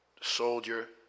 soldier